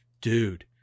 dude